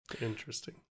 Interesting